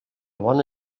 bona